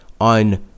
on